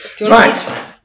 Right